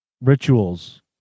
rituals